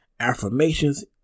affirmations